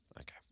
Okay